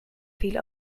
fiel